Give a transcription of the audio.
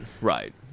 right